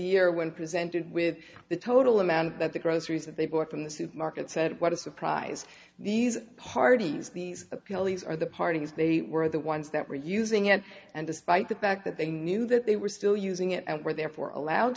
year when presented with the total amount that the groceries that they bought from the supermarket said what a surprise these parties these appeal these are the parties they were the ones that were using it and despite the fact that they knew that they were still using it and were therefore allowed